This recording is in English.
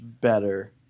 better